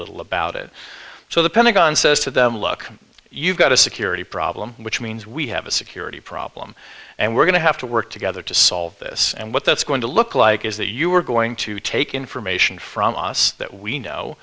little about it so the pentagon says to them look you've got a security problem which means we have a security problem and we're going to have to work together to solve this and what that's going to look like is that you are going to take information from us that we know